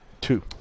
Two